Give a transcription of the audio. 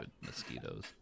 mosquitoes